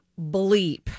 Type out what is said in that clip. bleep